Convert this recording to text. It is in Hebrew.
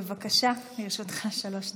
בבקשה, לרשותך שלוש דקות.